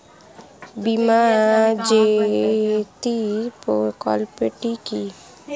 বীমা জ্যোতি প্রকল্পটি কি?